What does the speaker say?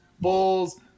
Bulls